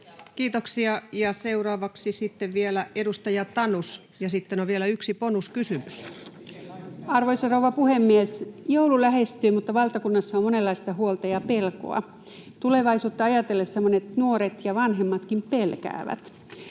kokonaan. Seuraavaksi vielä edustaja Tanus, ja sitten on vielä yksi bonuskysymys. Arvoisa rouva puhemies! Joulu lähestyy, mutta valtakunnassa on monenlaista huolta ja pelkoa. Tulevaisuutta ajatellessa monet nuoret ja vanhemmatkin pelkäävät.